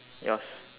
yours